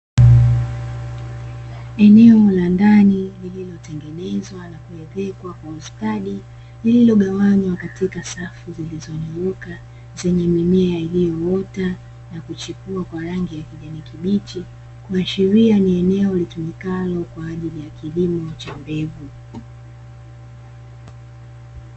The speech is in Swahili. Eneo la ndani lililotengenezwa na kuezekwa kwa ustadi, lililogawanywa katika safu zilizonyooka zenye mimea iliyoota, na kuchipua kwa rangi ya kijani kibichi, kuashiria ni eneo litumikalo kwa ajili ya kilimo cha mbegu.